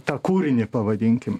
tą kūrinį pavadinkim